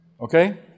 okay